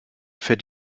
fährt